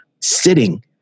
sitting